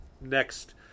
next